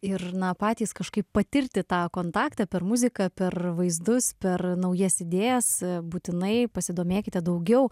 ir na patys kažkaip patirti tą kontaktą per muziką per vaizdus per naujas idėjas būtinai pasidomėkite daugiau